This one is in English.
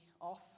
off